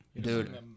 Dude